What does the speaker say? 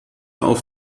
auf